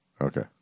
Okay